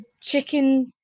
chicken